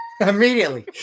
Immediately